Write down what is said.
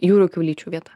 jūrų kiaulyčių vieta